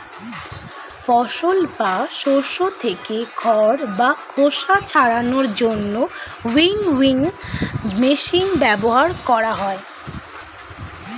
ফসল বা শস্য থেকে খড় বা খোসা ছাড়ানোর জন্য উইনউইং মেশিন ব্যবহার করা হয়